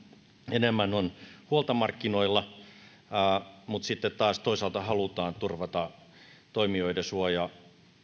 enemmän on huolta markkinoilla mutta sitten taas toisaalta halutaan turvata toimijoiden suoja